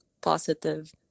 positive